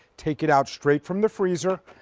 take it out straight from the freezer,